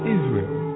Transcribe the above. Israel